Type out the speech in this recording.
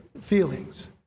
feelings